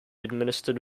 administered